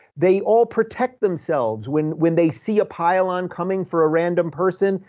they all protect themselves. when when they see a pile on coming for a random person,